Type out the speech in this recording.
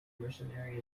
mercenary